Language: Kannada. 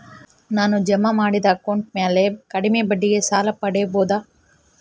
ನಾನು ಜಮಾ ಮಾಡಿದ ಅಕೌಂಟ್ ಮ್ಯಾಲೆ ಕಡಿಮೆ ಬಡ್ಡಿಗೆ ಸಾಲ ಪಡೇಬೋದಾ?